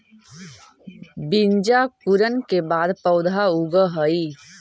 बीजांकुरण के बाद पौधा उगऽ हइ